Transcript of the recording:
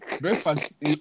Breakfast